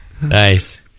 nice